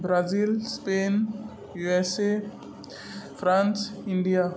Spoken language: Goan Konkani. Brazil Spain U S A France India